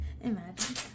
imagine